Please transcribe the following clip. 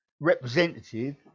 representative